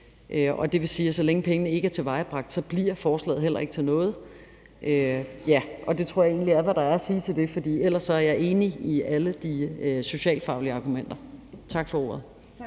og det vil sige, at så længe pengene ikke er tilvejebragt, bliver forslaget heller ikke til noget. Og det tror jeg egentlig er, hvad der er at sige til det, for ellers er jeg enig i alle de socialfaglige argumenter. Tak for ordet.